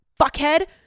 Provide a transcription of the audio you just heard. fuckhead